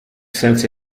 since